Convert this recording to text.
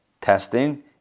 testing